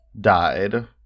died